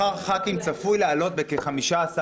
שכר חברי הכנסת צפוי לעלות בכ-15%,